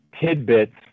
tidbits